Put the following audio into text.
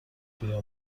بیا